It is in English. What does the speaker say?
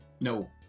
No